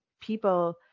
people